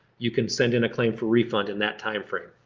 you can send in a claim for refund in that time frame.